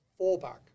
fallback